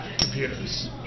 computers